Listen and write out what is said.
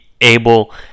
able